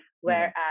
whereas